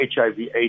HIV-AIDS